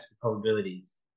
probabilities